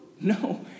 no